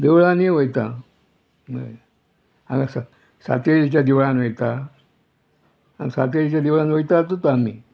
देवळानूय वयता हांगा सातेरीच्या देवळान वयता सातेरीच्या देवळान वयतातूच आमी